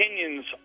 opinions